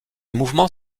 mouvement